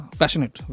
passionate